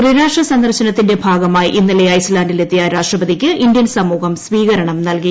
ത്രിരാഷ്ട്ര സന്ദർശനത്തിന്റെ ഭാഗമായി ഇന്നലെ ഐസ്ലാന്റിലെത്തിയ രാഷ്ട്രപതിക്ക് ഇന്ത്യൻ സമൂഹം സ്വീകരണം നൽകി